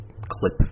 clip